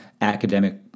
academic